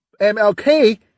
MLK